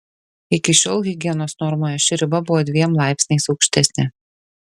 iki šiol higienos normoje ši riba buvo dviem laipsniais aukštesnė